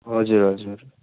हजुर हजुर